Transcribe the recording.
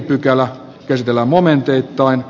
pykälä käsitellään momenteittain